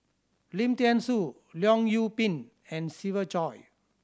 Lim Thean Soo Leong Yoon Pin and Siva Choy